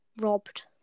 robbed